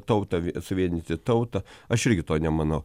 tautą suvienyti tautą aš irgi to nemanau